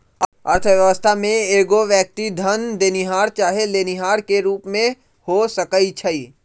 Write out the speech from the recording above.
अर्थव्यवस्था में एगो व्यक्ति धन देनिहार चाहे लेनिहार के रूप में हो सकइ छइ